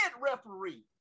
referee